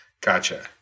Gotcha